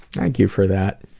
thank you for that.